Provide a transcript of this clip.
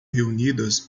reunidas